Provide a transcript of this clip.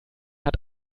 hat